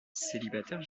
célibataire